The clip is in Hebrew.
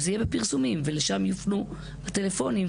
וזה יהיה בפרסומים ולשם יופנו הטלפונים,